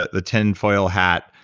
the tinfoil hat,